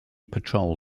patrol